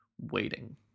waiting